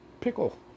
pickle